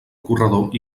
corredor